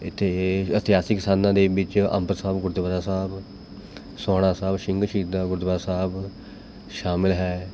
ਇੱਥੇ ਇਤਿਹਾਸਿਕ ਅਸਥਾਨਾਂ ਦੇ ਵਿੱਚ ਅੰਬ ਸਾਹਿਬ ਗੁਰਦੁਆਰਾ ਸਾਹਿਬ ਸੋਹਾਣਾ ਸਾਹਿਬ ਸਿੰਘ ਸ਼ਹੀਦਾਂ ਗੁਰਦੁਆਰਾ ਸਾਹਿਬ ਸ਼ਾਮਿਲ ਹੈ